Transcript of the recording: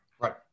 Right